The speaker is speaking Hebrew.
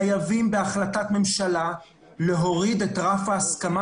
חייבים בהחלטת ממשלה להוריד את רף ההסכמה